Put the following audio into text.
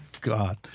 God